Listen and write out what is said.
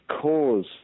cause